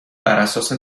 براساس